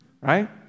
right